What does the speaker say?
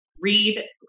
read